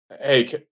Hey